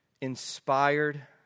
inspired